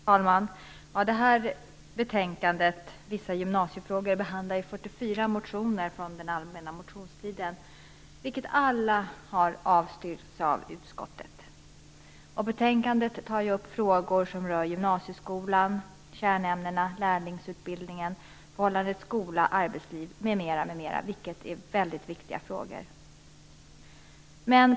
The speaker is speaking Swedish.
Fru talman! Det här betänkandet, Vissa gymnasiefrågor, behandlar 44 motioner från den allmänna motionstiden, vilka alla har avstyrkts av utskottet. Betänkandet tar upp frågor som rör gymnasieskolan, kärnämnena, lärlingsutbildningen, förhållandet skolaarbetsliv m.m., som alla är väldigt viktiga frågor.